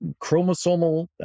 chromosomal